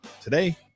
Today